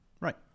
Right